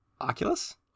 Oculus